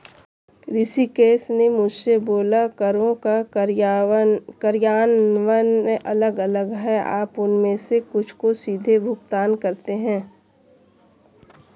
ऋषिकेश ने मुझसे बोला करों का कार्यान्वयन अलग अलग है आप उनमें से कुछ को सीधे भुगतान करते हैं